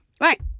Right